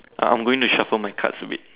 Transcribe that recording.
uh I'm going to shuffle my cards a bit